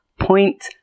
point